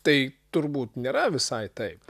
tai turbūt nėra visai taip